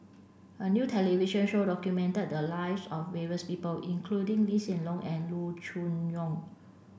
a new television show documented the lives of various people including Lee Hsien Loong and Loo Choon Yong